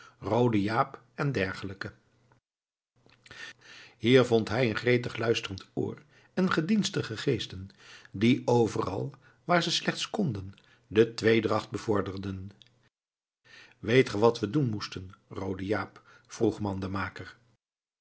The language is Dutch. roode jaap en dergelijken hier vond hij een gretig luisterend oor en gedienstige geesten die overal waar ze slechts konden de tweedracht bevorderden weet ge wat we doen moesten roode jaap vroeg